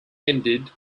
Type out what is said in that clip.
ended